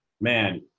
man